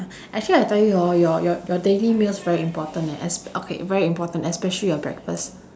actually I tell you hor your your your daily meals very important eh esp~ okay very important especially your breakfast